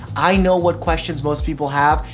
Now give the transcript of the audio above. i know what questions most people have.